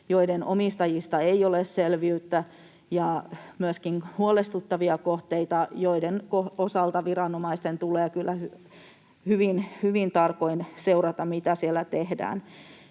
joiden omistajista ei ole selvyyttä, ja myöskin huolestuttavia kohteita, joiden osalta viranomaisten tulee kyllä hyvin tarkoin seurata, mitä siellä tehdään.